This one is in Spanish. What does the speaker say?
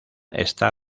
está